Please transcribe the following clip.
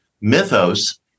mythos